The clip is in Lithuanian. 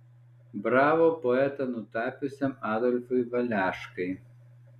bravo poetą nutapiusiam adolfui valeškai